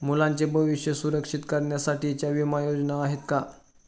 मुलांचे भविष्य सुरक्षित करण्यासाठीच्या विमा योजना आहेत का?